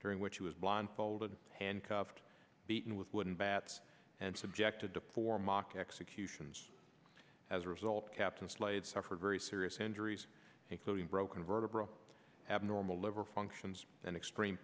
during which he was blindfolded and handcuffed beaten with wooden bats and subjected to four mock executions as a result captain slade suffered very serious injuries including broken vertebra abnormal liver functions an extreme